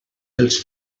els